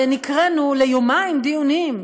ונקראנו ליומיים דיונים,